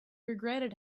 regretted